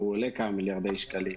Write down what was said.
הוא עולה כמה מיליארדי שקלים.